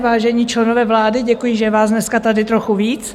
Vážení členové vlády, děkuji, že je vás dneska tady trochu víc.